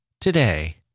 today